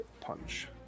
punch